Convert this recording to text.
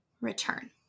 return